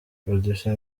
producer